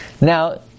Now